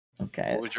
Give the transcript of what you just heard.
Okay